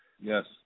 Yes